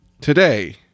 Today